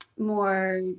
more